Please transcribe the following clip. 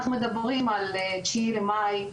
אנחנו מדברים על 9 למאי,